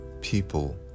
people